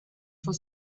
for